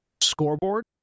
scoreboard